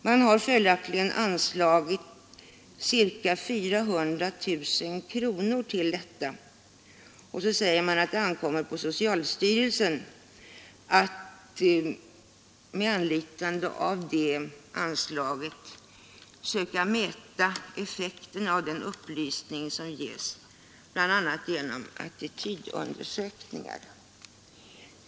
Man har följaktligen anslagit ca 400 000 kronor till detta, och man säger att det ankommer på socialstyrelsen att med anlitande av det anslaget söka mäta effekterna av den upplysning som ges, bl.a. genom attitydundersökningar.